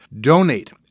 Donate